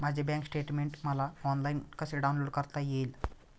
माझे bank statement मला online कसे डाउनलोड करता येईल?